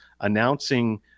announcing